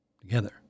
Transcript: Together